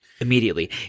immediately